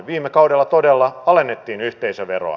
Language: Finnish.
viime kaudella todella alennettiin yhteisöveroa